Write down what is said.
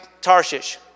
Tarshish